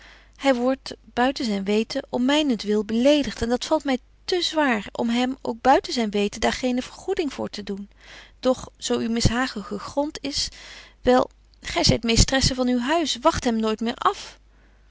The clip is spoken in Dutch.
hy wordt buiten zyn weten om mynent wil beledigt en dat valt my te zwaar om hem ook buiten zyn weten daar geene vergoeding voor te doen doch zo uw mishagen gegront is wel gy zyt meestresse van uw huis wagt hem nooit meer af